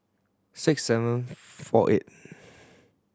six seven four eight